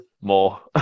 more